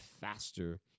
faster